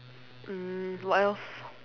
mm what else